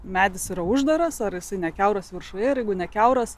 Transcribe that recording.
medis yra uždaras ar jisai nekiauras viršuje ir jeigu kiauras